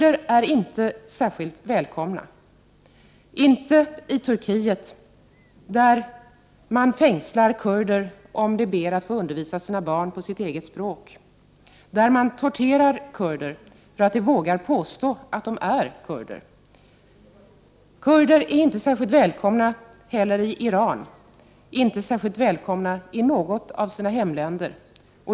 De är inte särskilt välkomna i Turkiet, där man fängslar dem för att de ber att få undervisa sina barn på det egna språket. Man torterar kurder för att de vågar påstå att de är kurder. Inte heller är kurder särskilt välkomna i Iran. De är över huvud taget inte särskilt välkomna i något av sina hemländer.